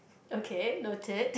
okay noted